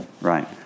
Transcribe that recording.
right